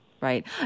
Right